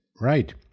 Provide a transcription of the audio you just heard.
Right